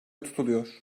tutuluyor